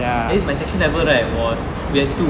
at my secton never right was we have two